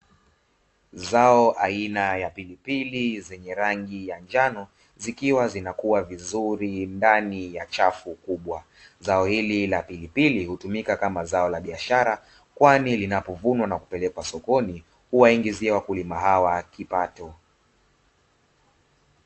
Zao aina ya pilipili zenye rangi ya njano zikiwa zinakua vizuri ndani ya chafu kubwa, zao hili la pilipili hutumika kama zao la biashara, kwani linapovunwa na kupelekwa sokoni huwaingizia wakulima hawa kipato.